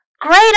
Great